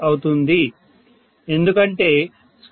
6 అవుతుంది ఎందుకంటే 0